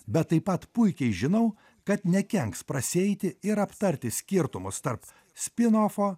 bet taip pat puikiai žinau kad nekenks prasieiti ir aptarti skirtumus tarp spinofo